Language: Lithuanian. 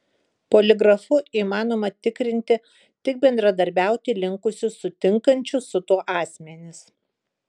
poligrafu įmanoma tikrinti tik bendradarbiauti linkusius sutinkančius su tuo asmenis